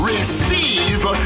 Receive